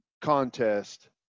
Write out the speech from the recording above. contest